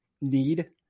need